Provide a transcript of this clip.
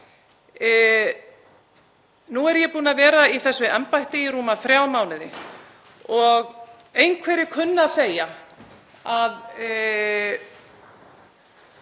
Nú er ég búin að vera í þessu embætti í rúma þrjá mánuði. Einhverjir kunna að segja að